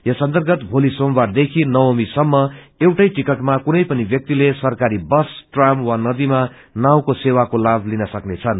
यस अर्न्तगत भोली सोमबार देखी नवमी सम्म एउटै टिकटमा कुनै पनि ब्यलि सरकारी बस ट्राम वा नदीमा नाव सेवाको लाभ लिन सक्नेछन्